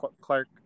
Clark